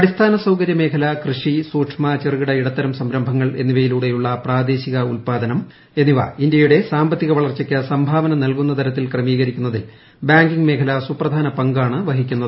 അടിസ്ഥാന സൌകര്യ മേഖല കൃഷി സൂക്ഷ്മ ചെറുകിട ഇടത്തരം സംരംഭങ്ങൾ എന്നിവ്രയിലൂടെയുള്ള പ്രാദേശിക ഉൽപ്പാദനം എന്നിവ ഇന്ത്യയുടെട്ട് സാമ്പത്തിക വളർച്ചയ്ക്ക് സംഭാവന നൽകുന്ന തർത്തിൽ ക്രമീകരിക്കുന്നതിൽ ബാങ്കിംഗ് മേഖ്ല് സുപ്രധാന പങ്കാണ് വഹിക്കുന്നത്